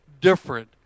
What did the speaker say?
different